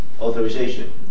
authorization